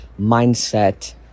mindset